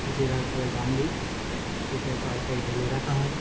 আছে তারপরে গামলা যেটাই তো আরকে ঢেলে রাখা হয়